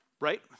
Right